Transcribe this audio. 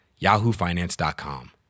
yahoofinance.com